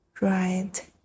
right